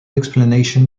explanation